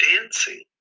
dancing